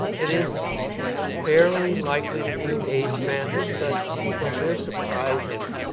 it is fairly likely to be age-banded, but but they're surprising